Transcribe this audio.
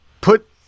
put